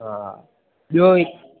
हा ॿियो